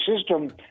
system